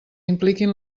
impliquin